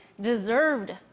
deserved